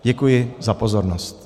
Děkuji za pozornost.